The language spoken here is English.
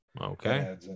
Okay